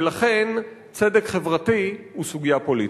ולכן צדק חברתי הוא סוגיה פוליטית.